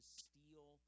steal